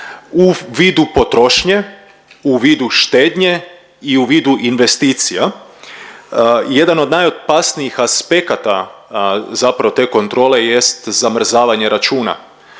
u vidu potrošnje, u vidu štednje i u vidu investicija. Jedan od najopasnijih aspekata zapravo te kontrole jest zamrzavanje računa